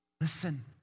Listen